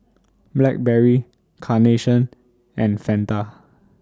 Blackberry Carnation and Fanta